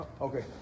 Okay